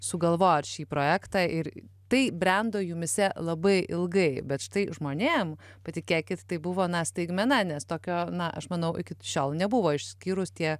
sugalvojot šį projektą ir tai brendo jumyse labai ilgai bet štai žmonėm patikėkit tai buvo na staigmena nes tokio na aš manau iki šiol nebuvo išskyrus tie